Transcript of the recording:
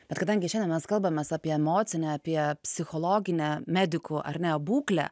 bet kadangi šiandien mes kalbamės apie emocinę apie psichologinę medikų ar ne būklę